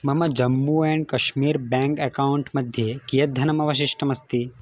मम Jammu and Kashmir bank account मध्ये कियत् धनम् अवशिष्टमस्ति